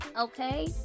okay